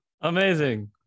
amazing